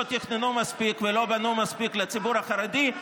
לא תכננו מספיק ולא בנו מספיק לציבור החרדי.